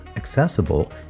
accessible